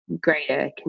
greater